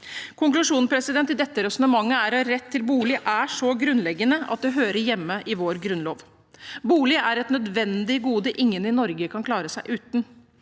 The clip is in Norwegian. Konklusjonen i dette resonnementet er at retten til bolig er så grunnleggende at den hører hjemme i vår grunnlov. Bolig er et nødvendig gode ingen i Norge kan klare seg uten.